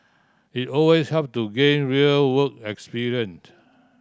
it always help to gain real work experience